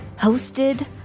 hosted